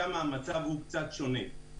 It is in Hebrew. שם המצב הוא קצת שונה.